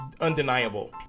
undeniable